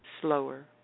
slower